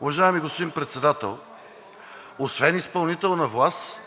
уважаеми господин Председател, освен изпълнителна власт,